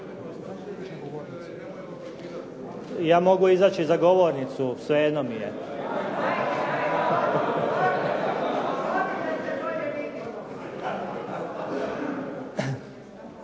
Ja mogu izaći i za govornicu, svejedno mi je.